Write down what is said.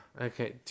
Okay